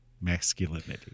Masculinity